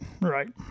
right